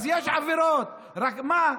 אז יש עבירות, רק מה?